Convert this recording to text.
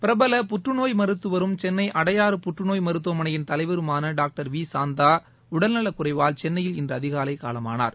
பிரபல புற்றுநோய் மருத்துவரும் சென்னை அடையாறு புற்றுநோய் மருத்துவமனையின் தலைவருமான டாக்டர் வி சாந்தா உடல் நலக்குறைவால் சென்னையில் இன்று அதிகாலை காலமானார்